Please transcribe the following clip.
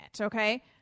okay